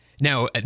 Now